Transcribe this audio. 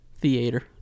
Theater